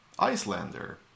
Icelander